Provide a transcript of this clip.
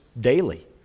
daily